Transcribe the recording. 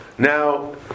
Now